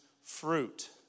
fruit